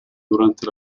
durante